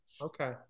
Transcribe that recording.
Okay